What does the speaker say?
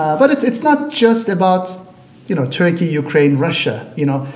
but it's it's not just about you know turkey, ukraine, russia. you know,